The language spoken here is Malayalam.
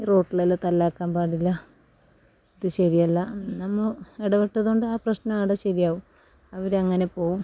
റോട്ടിലെല്ലാം തല്ലാക്കാൻ പാടില്ല അത് ശരിയല്ല നമ്മ ഇടപെട്ടത് കൊണ്ട് ആ പ്രശ്നം ആടെ ശരിയാകും അവരങ്ങനെ പോകും